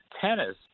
tennis